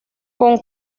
con